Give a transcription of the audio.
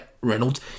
Reynolds